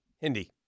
Hindi